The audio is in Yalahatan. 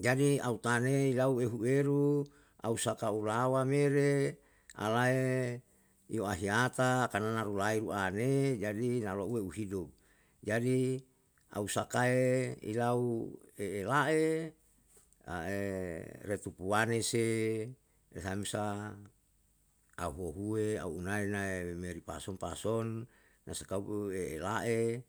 Jadi au tanei ilau ehu eru au saka ulawa mere alae iu ahiyata karna narulai ru ale, jadi nalue uhidup. Jadi au sakae ilau eelae ae retupuane se tehan sa ahuhuwe au unae nae meri pason pasonna sakau u elae